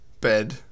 Bed